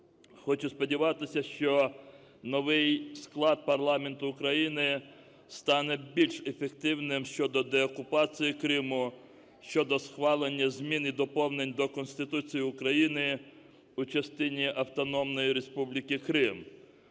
Хочу сподіватися, що новий склад парламенту України стане більш ефективним щодо деокупації Криму, щодо схвалення змін і доповнень до Конституції України в частині Автономної Республіки Крим.